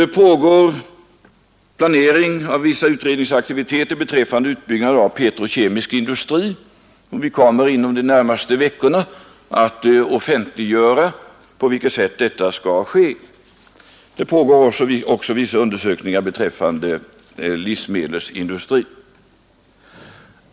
Det pågår planering av vissa utredningsaktiviteter beträffande utbyggnad av petrokemisk industri. Vi kommer inom de närmaste veckorna att offentliggöra på vilket sätt detta skall ske. Det pågår också vissa undersökningar beträffande livsmedelsindustrin.